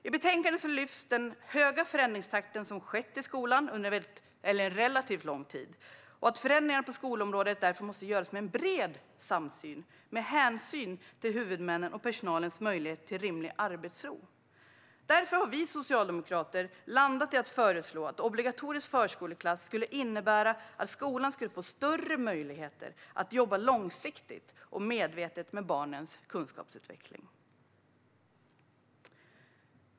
I betänkandet lyfts den höga förändringstakt som skolan haft under en relativt lång tid och att förändringar på skolområdet därför måste göras med bred samsyn och med hänsyn till huvudmännen och personalens möjlighet till rimlig arbetsro. Därför har vi socialdemokrater landat i att föreslå att obligatorisk förskoleklass skulle innebära att skolan får större möjligheter att jobba långsiktigt och medvetet med barnens kunskapsutveckling.